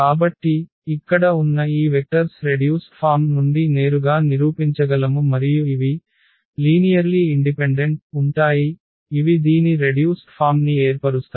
కాబట్టి ఇక్కడ ఉన్న ఈ వెక్టర్స్ రెడ్యూస్డ్ ఫామ్ నుండి నేరుగా నిరూపించగలము మరియు ఇవి సరళ స్వతంత్రంగా ఉంటాయి ఇవి దీని రెడ్యూస్డ్ ఫామ్ ని ఏర్పరుస్తాయి